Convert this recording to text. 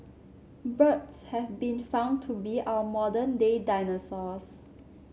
birds have been found to be our modern day dinosaurs